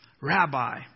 rabbi